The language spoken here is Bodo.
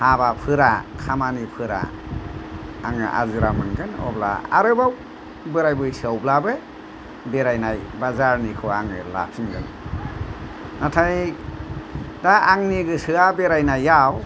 हाबाफोरा खामानिफोरा आङो आजिरा मोनगोन अब्ला आरोबाव बोराय बैसोआवब्लाबो बेरायनाय बा जारनिखौ आङो लाफिनगोन नाथाय दा आंनि गोसोआ बेरायनायाव